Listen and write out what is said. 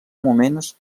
moments